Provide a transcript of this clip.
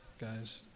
guys